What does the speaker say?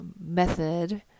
method